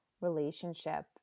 relationship